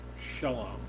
Shalom